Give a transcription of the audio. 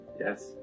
Yes